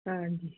ਹਾਂਜੀ